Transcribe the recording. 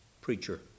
preacher